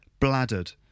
Bladdered